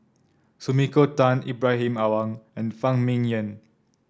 Sumiko Tan Ibrahim Awang and Fang Ming Yen